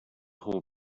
whole